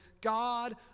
God